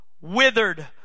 withered